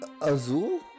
Azul